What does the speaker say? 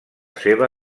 seva